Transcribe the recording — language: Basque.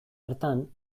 hartan